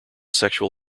sexual